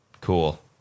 Cool